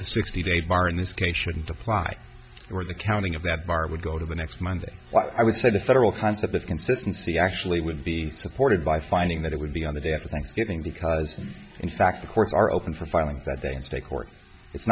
day bar in this case shouldn't apply or the counting of that bar would go to the next monday well i would say the federal concept of consistency actually would be supported by finding that it would be on the day after thanksgiving because in fact the courts are open for fi